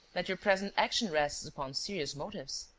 that your present action rests upon serious motives?